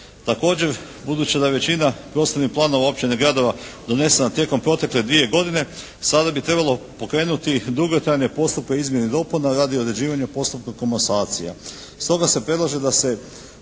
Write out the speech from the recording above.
Također budući da je većina prostornih planova općine, gradova donesena tijekom protekle dvije godine, sada bi trebalo pokrenuti dugotrajne postupke izmjena i dopuna radi određivanja postupka komasacija.